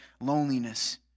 Loneliness